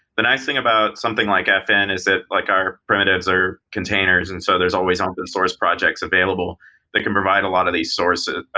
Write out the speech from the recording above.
the nice thing about something like fn is that like our primitives, our containers, and so there's always open source projects available that can provide a lot of these sources,